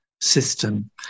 system